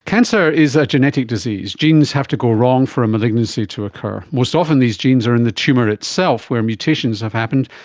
cancer is a genetic disease, genes have to go wrong for a malignancy to occur. most often these genes are in the tumour itself where mutations have happened,